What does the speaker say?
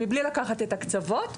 מבלי לקחת את הקצוות,